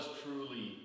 truly